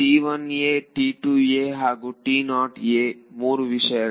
ಹಾಗೂ 3 ವಿಷಯಗಳು